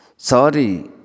Sorry